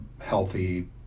healthy